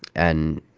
and,